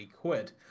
quid